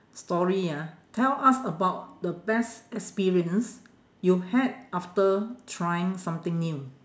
story ah tell us about the best experience you had after trying something new